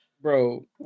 Bro